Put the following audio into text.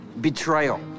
betrayal